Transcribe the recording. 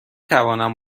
توانم